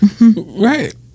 Right